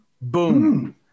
boom